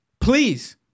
Please